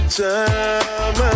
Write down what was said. time